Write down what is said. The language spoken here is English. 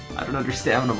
don't understand.